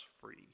free